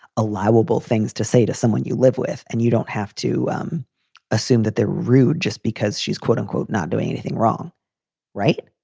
allowable things to say to someone you live with. and you don't have to um assume that they're rude just because she's, quote unquote, not doing anything wrong right.